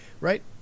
Right